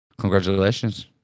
congratulations